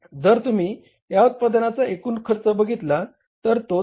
जर तुम्ही या उत्पादनाचा एकूण खर्च बघितला तर तो 10